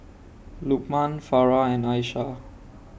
Lukman Farah and Aishah